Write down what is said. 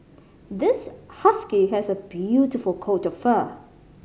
this husky has a beautiful coat of fur